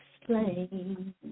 explain